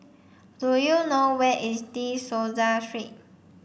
do you know where is De Souza Street